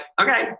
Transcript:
okay